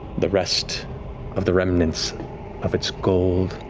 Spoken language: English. the rest of the remnants of its gold,